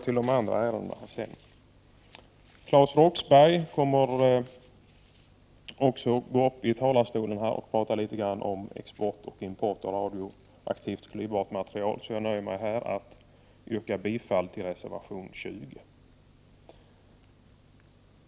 Claes Roxbergh kommer att gå upp i talarstolen och prata litet grand om export och import av radioaktivt och klyvbart material, så jag nöjer mig med att yrka bifall till reservation 20.